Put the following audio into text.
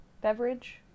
beverage